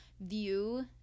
view